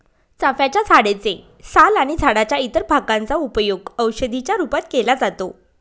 चाफ्याच्या झाडे चे साल आणि झाडाच्या इतर भागांचा उपयोग औषधी च्या रूपात केला जातो